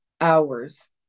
hours